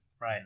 Right